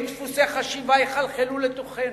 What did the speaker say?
אילו דפוסי חשיבה יחלחלו לתוכנו?